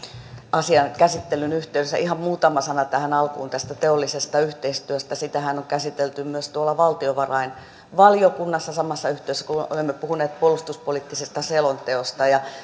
asian käsittelyn yhteydessä ihan muutama sana tähän alkuun tästä teollisesta yhteistyöstä sitähän on käsitelty myös tuolla valtiovarainvaliokunnassa samassa yhteydessä kun olemme puhuneet puolustuspoliittisesta selonteosta